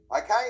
Okay